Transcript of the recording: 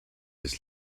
his